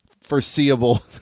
foreseeable